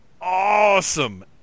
awesome